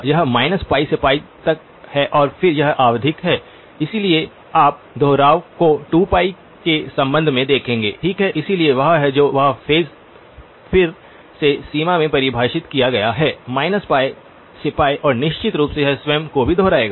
यह π से π तक है और फिर यह आवधिक है इसलिए आप दोहराव को 2π के संबंध में देखेंगेठीक है इसलिए वह है और वह फेज फिर से सीमा में परिभाषित किया गया है π से π और निश्चित रूप से यह स्वयं को भी दोहराएगा